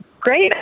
Great